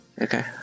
Okay